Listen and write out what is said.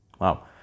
Wow